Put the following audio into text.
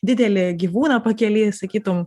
didelį gyvūną pakely sakytum